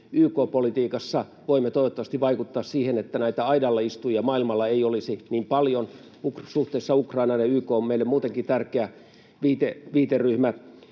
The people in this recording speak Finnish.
YK-politiikassa voimme toivottavasti vaikuttaa siihen, että näitä aidalla istujia maailmalla ei olisi niin paljon suhteessa Ukrainaan, ja YK on meille muutenkin tärkeä viiteryhmä.